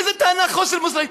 איזו טענה, חוסר מוסריות.